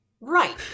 Right